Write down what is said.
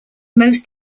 most